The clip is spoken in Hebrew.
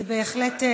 להצבעה.